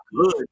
good